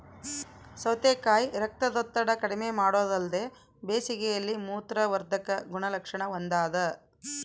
ಸೌತೆಕಾಯಿ ರಕ್ತದೊತ್ತಡ ಕಡಿಮೆಮಾಡೊದಲ್ದೆ ಬೇಸಿಗೆಯಲ್ಲಿ ಮೂತ್ರವರ್ಧಕ ಗುಣಲಕ್ಷಣ ಹೊಂದಾದ